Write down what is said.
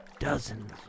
Dozens